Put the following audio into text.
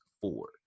four